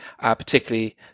particularly